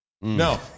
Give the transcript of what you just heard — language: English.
No